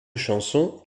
chanson